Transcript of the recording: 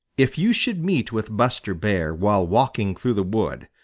if you should meet with buster bear while walking through the wood,